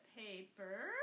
paper